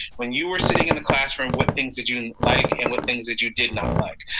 when you were sitting in the classroom, what things did you and like and what things did you did not like?